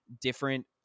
different